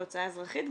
ההוצאה האזרחית,